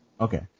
Okay